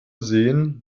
sehen